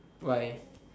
why